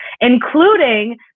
including